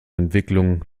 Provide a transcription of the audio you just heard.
entwicklung